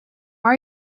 are